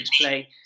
play